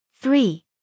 Three